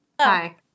Hi